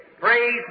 Praise